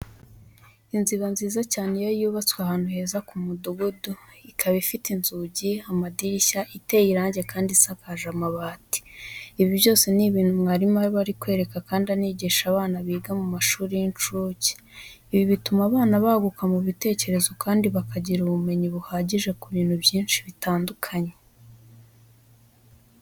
Inzu iba nziza cyane, iyo yubatswe ahantu heza ku mudugudu, ikaba ifite inzugi, amadirishya, iteye irangi kandi isakaje amabati. Ibi byose ni ibintu mwarimu aba ari kwereka kandi anigisha abana biga mu mashuri y'incuke. Ibi bituma abana baguka mu bitekerezo kandi bakagira ubumenyi buhagije ku bintu byinshi bitandukanye.